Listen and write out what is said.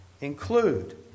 include